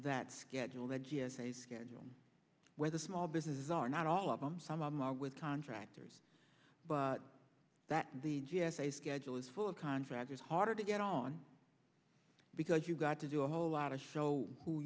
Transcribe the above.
that schedule the g s a schedule where the small businesses are not all of them some of them are with contractors but that the g s a schedule is full of contractors harder to get on because you've got to do a whole lot of show who